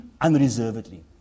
unreservedly